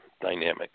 dynamic